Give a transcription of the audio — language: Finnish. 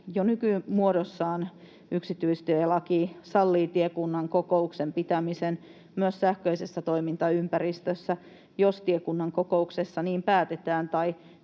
jo nykymuodossaan yksityistielaki sallii tiekunnan kokouksen pitämisen myös sähköisessä toimintaympäristössä, jos tiekunnan kokouksessa niin päätetään tai